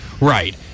Right